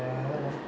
blacktown uh